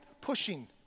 pushing